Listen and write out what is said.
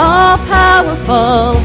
All-powerful